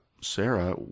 Sarah